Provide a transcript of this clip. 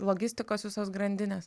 logistikos visos grandinės